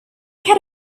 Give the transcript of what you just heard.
had